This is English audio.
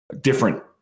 different